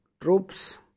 troops